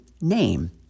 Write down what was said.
name